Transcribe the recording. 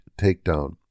takedown